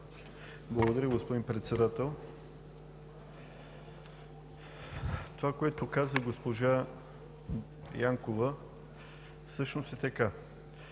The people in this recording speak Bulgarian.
Благодаря, господин Председател. Това, което каза госпожа Янкова, всъщност е така.